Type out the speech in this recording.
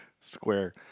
square